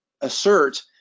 assert